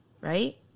right